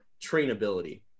trainability